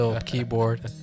keyboard